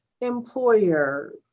employer